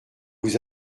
vous